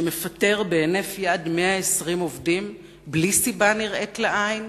שמפטר בהינף יד 120 עובדים בלי סיבה נראית לעין,